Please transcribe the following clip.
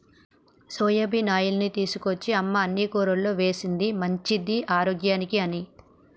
soybean ఆయిల్ని తీసుకొచ్చి అమ్మ అన్ని కూరల్లో వేశింది మంచిది ఆరోగ్యానికి అని